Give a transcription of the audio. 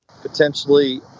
potentially